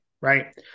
right